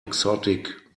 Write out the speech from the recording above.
exotic